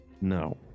No